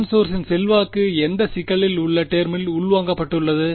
current சோர்சின் செல்வாக்கு எந்த சிக்கலில் உள்ள டேர்மில் உள்வாங்கப்பட்டுள்ளது